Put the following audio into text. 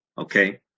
Okay